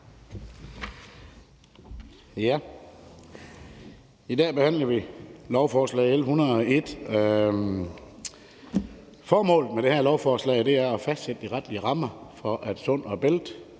I dag behandler vi lovforslag L 101, og formålet med det her lovforslag er at fastsætte de retlige rammer, for at Sund & Bælt